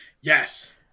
Yes